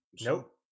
Nope